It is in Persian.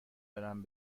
برم